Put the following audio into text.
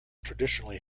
traditionally